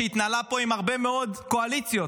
שהתנהלה פה עם הרבה מאוד קואליציות.